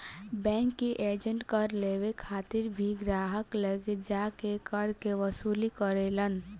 bank के agent कर लेवे खातिर भी ग्राहक लगे जा के कर के वसूली करेलन